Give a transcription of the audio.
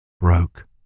broke